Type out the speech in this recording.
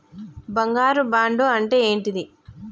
బంగారు బాండు అంటే ఏంటిది?